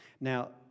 Now